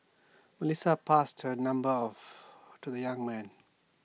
Melissa passed her number of to the young man